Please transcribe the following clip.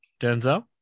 Denzel